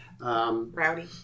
Rowdy